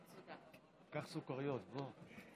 חבריי חברי הכנסת בהחלט